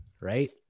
Right